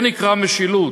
זה נקרא משילות.